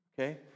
okay